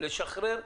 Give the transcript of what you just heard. לשחרר --- נכון.